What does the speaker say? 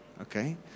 okay